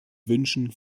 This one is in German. wünschen